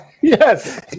Yes